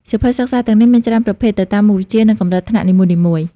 សៀវភៅសិក្សាទាំងនេះមានច្រើនប្រភេទ ទៅតាមមុខវិជ្ជា និងកម្រិតថ្នាក់នីមួយៗ។